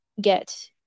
get